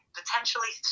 potentially